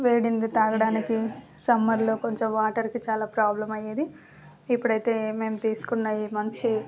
వేడినీళ్లు తాగడానికి సమ్మర్లో కొంచెం వాటర్కి చాలా ప్రాబ్లెమ్ అయ్యేది ఇప్పుడు అయితే ఏ మేము తీసుకున్న మంచి